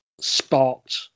sparked